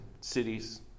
cities